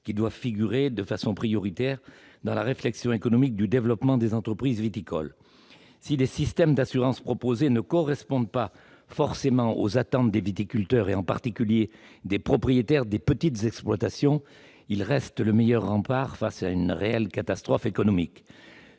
être intégrés de façon prioritaire dans la réflexion économique sur le développement des entreprises viticoles. Si les systèmes d'assurance proposés ne correspondent pas forcément aux attentes des viticulteurs, en particulier à celles des propriétaires de petites exploitations, ils restent le meilleur rempart face à une telle catastrophe économique.